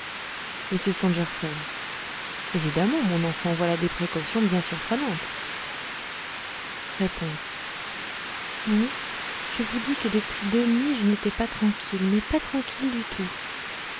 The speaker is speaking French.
évidemment mon enfant voilà des précautions bien surprenantes r non je vous dis que depuis deux nuits je n'étais pas tranquille mais pas tranquille du tout